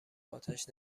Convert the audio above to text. اتش